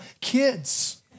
kids